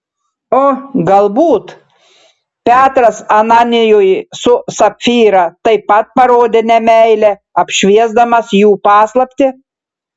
o galbūt petras ananijui su sapfyra taip pat parodė nemeilę apšviesdamas jų paslaptį